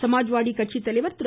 சமாஜ்வாதி கட்சி தலைவர் திரு